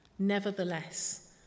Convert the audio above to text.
Nevertheless